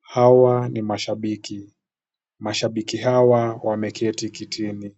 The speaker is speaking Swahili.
Hawa ni mashabiki. Mashabiki hawa wameketi kitini,